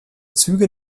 züge